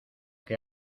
que